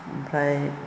ओमफ्राय